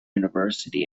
university